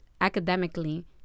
academically